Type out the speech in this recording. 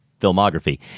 filmography